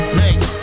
make